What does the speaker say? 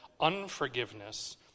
unforgiveness